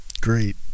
Great